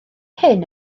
hyn